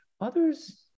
Others